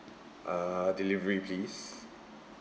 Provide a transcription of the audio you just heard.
uh delivery please